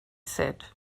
said